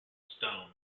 stone